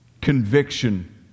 Conviction